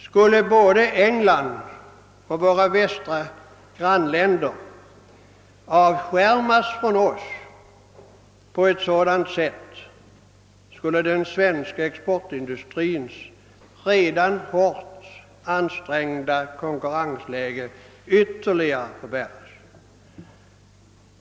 Skulle såväl England som våra västra grannländer avskärmas från oss på ett sådant sätt skulle den svenska export industrins redan hårt ansträngda posilion i konkurrenshänseende ytterligare förvärras.